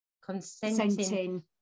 consenting